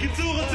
אנחנו נכנסים